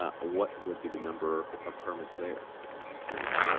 ah what would be the number of permits there, just curious?